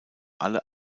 alle